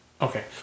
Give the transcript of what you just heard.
Okay